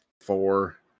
Four